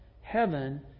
heaven